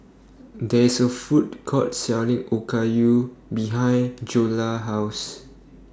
There IS A Food Court Selling Okayu behind Joella's House